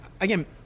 again